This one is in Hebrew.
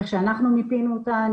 איך אנחנו מיפינו אותה.